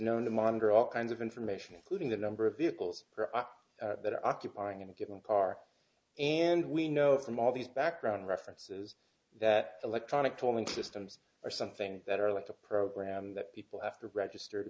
known to monitor all kinds of information including the number of vehicles that are occupying in a given car and we know from all these background references that electronic tolling systems are something that are like a program that people have to register to